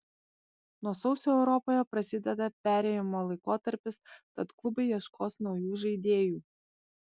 nuo sausio europoje prasideda perėjimo laikotarpis tad klubai ieškos naujų žaidėjų